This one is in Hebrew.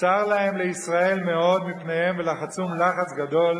וצר להם לישראל מאוד מפניהם, ולחצום לחץ גדול,